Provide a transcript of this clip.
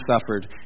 suffered